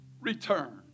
return